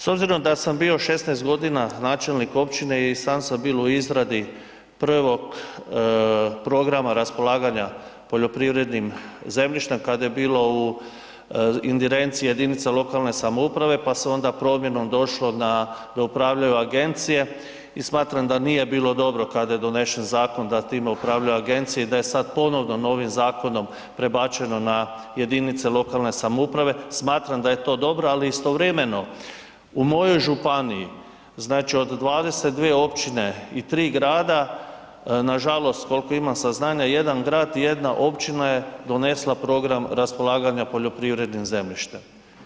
S obzirom da sam bio 16 godina načelnik općine i sam sam bio u izradi 1. programa raspolaganja poljoprivrednim zemljištem kada je bilo u ingerenciji jedinice lokalne samouprave pa se onda promjenom došlo da upravljaju agencije i smatram da nije bilo dobro kada je donesen zakon da time upravljaju agencije i da je sad ponovno novim zakonom prebačeno na jedinice lokalne samouprave, smatram da je to dobro ali istovremeno u mojoj županiji, znači od 22 općine i 3 grada, nažalost, koliko imam saznanja, jedan grad i jedna općina je donesla program raspolaganja poljoprivrednim zemljištem.